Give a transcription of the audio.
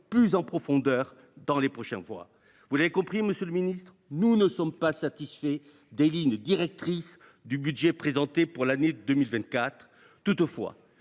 plus en profondeur dans les prochains mois. Vous l’avez compris, monsieur le ministre, nous ne sommes pas satisfaits des lignes directrices du budget qui nous est présenté pour l’année 2024. Toutefois,